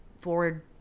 forward